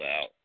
out